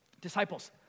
disciples